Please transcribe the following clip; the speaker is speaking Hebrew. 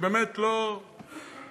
אני באמת לא מזלזל,